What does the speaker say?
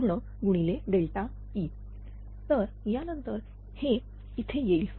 E तर यानंतर हे येथे येईल